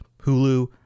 Hulu